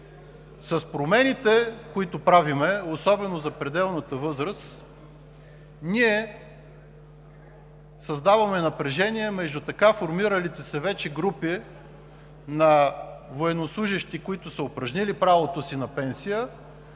с промените, които правим, особено за пределната възраст, ние създаваме напрежение между така формиралите се вече групи на военнослужещи, които са упражнили правото си на пенсия,